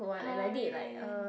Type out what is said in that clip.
oh ya